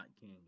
king